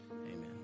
Amen